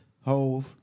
Hove